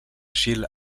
gil